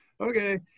okay